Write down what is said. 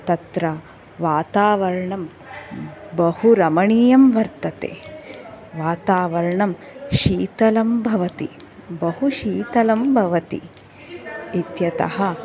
तत्र वातावरणं बहु रमणीयं वर्तते वातावरणं शीतलं भवति बहु शीतलं भवति इत्यतः